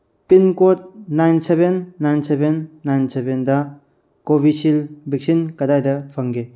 pincode nine seven nine seven nine ꯁꯚꯦꯟꯗ Covishield vaccine ꯀꯗꯥꯏꯗ ꯐꯪꯒꯦ